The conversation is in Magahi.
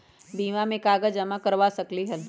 बीमा में कागज जमाकर करवा सकलीहल?